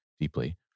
deeply